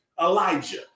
Elijah